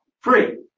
Free